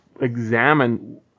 examine